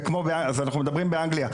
ואנחנו מדברים באנגליה,